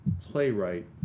playwright